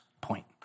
point